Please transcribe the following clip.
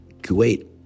Kuwait